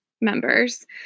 members